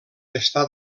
està